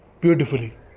beautifully